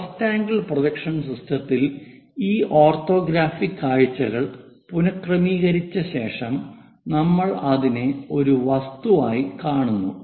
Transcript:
first angle projection സിസ്റ്റത്തിൽ ഈ orthographic കാഴ്ചകൾ പുനക്രമീകരിച്ച ശേഷം നമ്മൾ അതിനെ ഒരു വസ്തുവായി കാണുന്നു